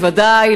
בוודאי,